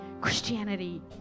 Christianity